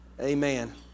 Amen